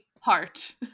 heart